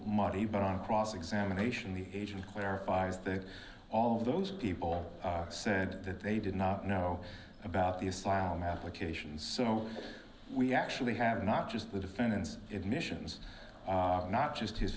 muddy but on cross examination the agent clarifies that all of those people said that they did not know about the asylum applications so we actually have not just the defendant's admissions not